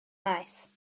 maes